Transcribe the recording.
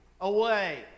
away